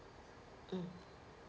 mm